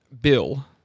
bill